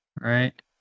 right